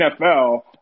NFL